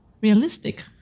realistic